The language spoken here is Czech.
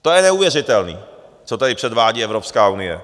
To je neuvěřitelné, co tady předvádí Evropská unie.